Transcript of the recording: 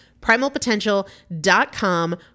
Primalpotential.com